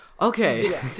okay